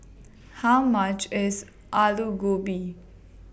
How much IS Alu Gobi